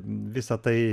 visa tai